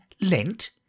lent